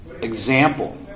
example